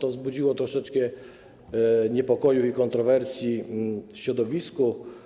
To wzbudziło troszeczkę niepokoju i kontrowersji w środowisku.